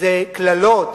כשזה קללות,